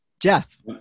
Jeff